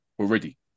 already